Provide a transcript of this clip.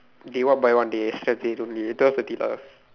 they one by one they just say don't leave eh twelve thirty lah